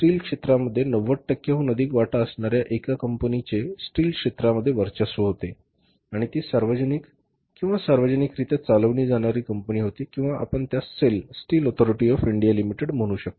steel क्षेत्रामध्ये नव्वद टक्क्यांहून अधिक वाटा असणारया एका कंपनीचे स्टील क्षेत्रामध्ये वर्चस्व होते आणि ती सार्वजनिक सार्वजनिकरित्या चालवली जाणारी कंपनी होती किंवा आपण त्यास SAIL steel authority of India limited म्हणू शकता